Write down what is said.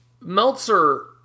Meltzer